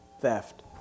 Theft